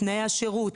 תנאי השירות,